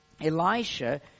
Elisha